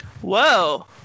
Whoa